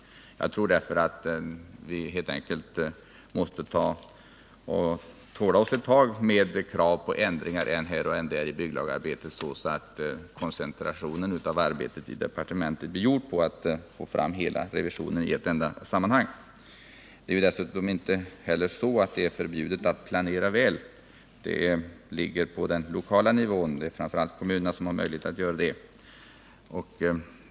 Jag tror, som sagt, att vi helt enkelt måste tåla oss ett tag när det gäller krav på ändringar än här och än där i bygglagarbetet, så att arbetet i departementet kan koncentreras på att få fram hela revisionen i ett enda sammanhang. Dessutom är det inte förbjudet att planera väl. Detta ligger på den kommunala nivån. Det är framför allt kommunerna som har möjligheter att göra det.